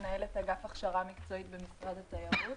מנהלת האגף להכשרה מקצועית במשרד התיירות.